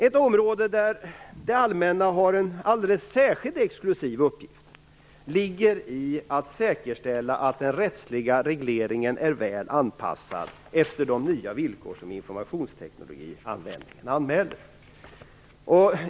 Ett område där det allmänna har en alldeles särskilt exklusiv uppgift ligger i att säkerställa att den rättsliga regleringen är väl anpassad efter de nya villkor som informationstekniken anmäler.